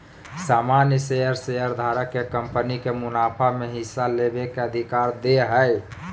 सामान्य शेयर शेयरधारक के कंपनी के मुनाफा में हिस्सा लेबे के अधिकार दे हय